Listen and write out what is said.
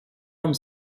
homme